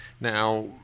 Now